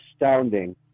astounding